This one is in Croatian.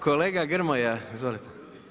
Kolega Grmoja, izvolite.